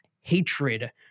hatred